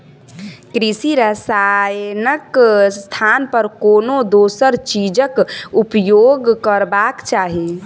कृषि रसायनक स्थान पर कोनो दोसर चीजक उपयोग करबाक चाही